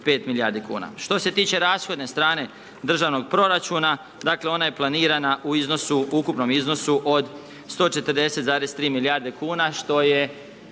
milijardi kuna. Što se tiče rashodne strane državnog proračuna, dakle ona je planirana u iznosu, ukupnom iznosu od 140,3 milijarde kuna što je